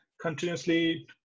continuously